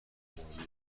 جامعهشان